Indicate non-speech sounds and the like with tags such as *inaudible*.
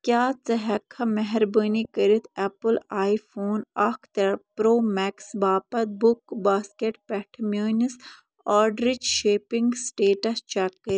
کیٛاہ ژٕ ہٮ۪ککھا مہربٲنی کٔرِتھ اٮ۪پٕل آی فون اکھ ترٛےٚ پرٛو مٮ۪کٕس باپتھ بُک باسکٮ۪ٹ پؠٹھٕ میٛٲنِس آرڈرٕچ شیپِنٛگ سٕٹیٹَس چَک *unintelligible*